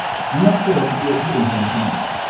do not fail to be at hillingham to-night.